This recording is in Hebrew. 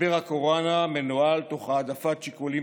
משבר הקורונה מנוהל תוך העדפת שיקולים